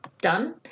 done